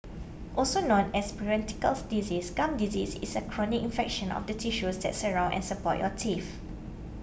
also known as periodical diseases gum disease is a chronic infection of the tissues that surround and support your teeth